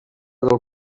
del